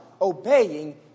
obeying